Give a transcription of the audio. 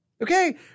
Okay